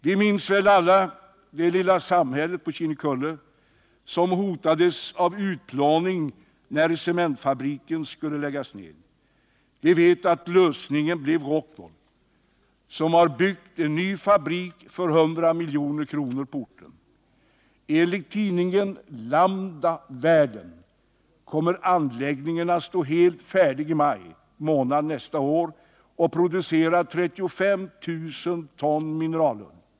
Vi minns väl alla det lilla samhället på Kinnekulle, som hotades av utplåning när cementfabriken skulle läggas ned. Vi vet att lösningen blev Rockwool, som har byggt en ny fabrik för 100 milj.kr. på orten. Enligt tidningen Lambda Världen kommer anläggningen att stå helt färdig i maj månad nästa år och producera 35 000 ton mineralull.